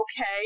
Okay